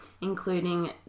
including